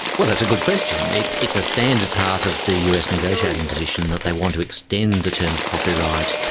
well, that's a good question. it's it's a standard part of the us negotiating position, that they want to extend the term of copyright,